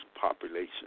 population